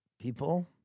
people